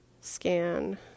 Scan